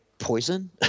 Poison